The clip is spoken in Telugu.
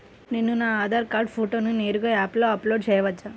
నేను నా ఆధార్ కార్డ్ ఫోటోను నేరుగా యాప్లో అప్లోడ్ చేయవచ్చా?